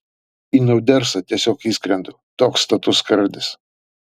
į naudersą tiesiog įskrendu toks status skardis